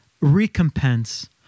recompense